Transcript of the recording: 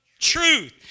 truth